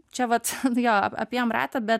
čia vat jo apėjom ratą bet